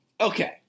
Okay